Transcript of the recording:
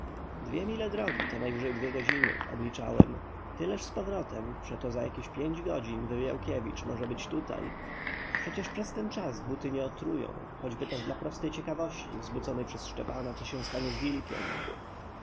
dwie mile drogi to najwyżej dwie godziny obliczałem tyleż z powrotem przeto za jakie pięć godzin wywałkiewicz może już być tutaj przecież przez ten czas buty nie otrują choćby też dla prostej ciekawości wzbudzonej przez szczepana co się stanie z wilkiem